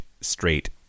straight